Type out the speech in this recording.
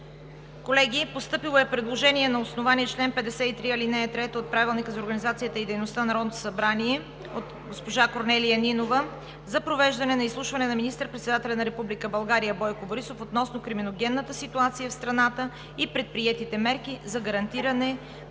Колеги, постъпило е предложение на основание чл. 53, ал. 3 от Правилника за организацията и дейността на Народното събрание от госпожа Корнелия Нинова за провеждане на изслушване на министър-председателя на Република България Бойко Борисов относно криминогенната ситуация в страната и предприетите мерки за гарантиране